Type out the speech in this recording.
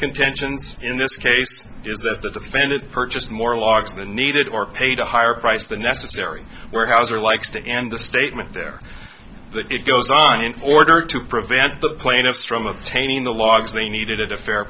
contentions in this case is that the defendant purchased more logs and needed or paid a higher price than necessary were houser likes to end the statement there but it goes on in order to prevent the plaintiff strome of painting the logs they needed at a fair